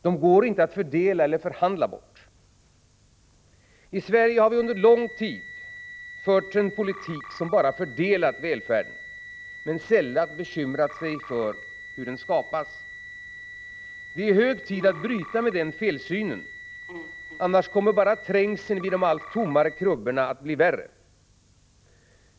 De går inte att fördela eller förhandla bort. I Sverige har vi under lång tid fört en politik som bara fördelat välfärden och sällan bekymrat oss för hur den skapas. Det är hög tid att bryta med den felsynen, för annars kommer bara trängseln vid de allt tommare krubborna att bli värre.